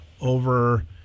over